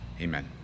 Amen